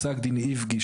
פסק דין איבגי,